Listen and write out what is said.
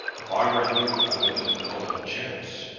if i were you, i would give no one a chance.